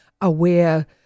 aware